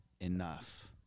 enough